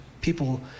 people